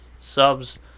subs